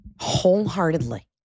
wholeheartedly